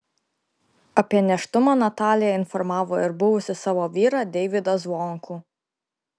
apie nėštumą natalija informavo ir buvusį savo vyrą deivydą zvonkų